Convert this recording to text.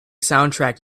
soundtrack